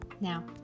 Now